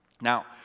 Now